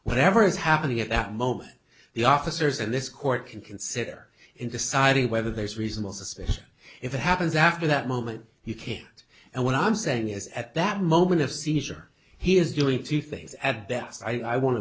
whatever is happening at that moment the officers and this court can consider in deciding whether there's reasonable suspicion if it happens after that moment he came and what i'm saying is at that moment of seizure he is doing two things at that i